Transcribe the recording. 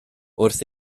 wrth